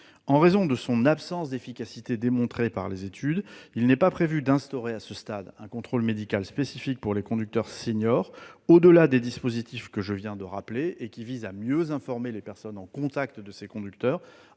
En raison de son absence d'efficacité, démontrée par les études, il n'est pas prévu d'instaurer à ce stade un contrôle médical spécifique pour les conducteurs seniors au-delà des dispositifs que je viens de rappeler et qui visent à mieux informer les personnes en contact avec ces conducteurs